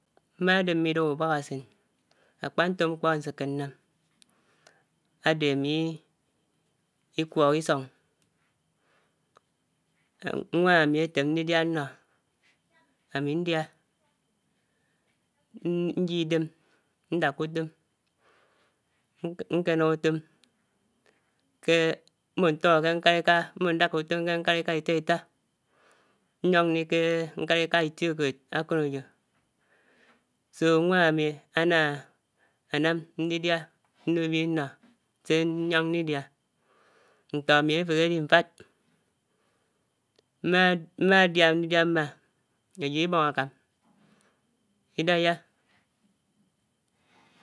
Mmá dèmmè idaap ubàhàsèn, ákpá mkpò nsèkè mbò nàm ádè ámi kwok isòng nwán ámi átèm ndidià ánnò, ámi ndià, njiè idèm ndàkà utón, nkò nàm utòn, mbòtòngò kè nkánika, mbò dáká utóm kè nkánika itiáita, nyòng ndi kè nkánika itìokèd ákònèyò so nwan ámi áná ánám ndidia ndubi innò sè nyòng ndidia, ntó ámì efèhè di nfád mmà, mmà dia ndidia mmà ayid ùbòng ákám idáyá.